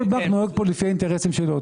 כל בנק לפי האינטרסים שלו.